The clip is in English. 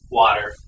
water